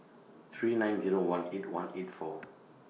three nine Zero one eight one eight four